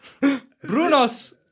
brunos